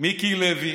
מיקי לוי,